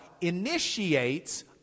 initiates